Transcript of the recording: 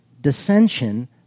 dissension